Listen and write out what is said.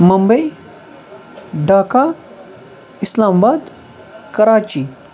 Mumbai Dhaka Islamabad Karachi